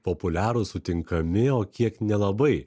populiarūs sutinkami o kiek nelabai